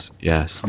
yes